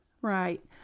Right